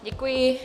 Děkuji.